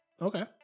Okay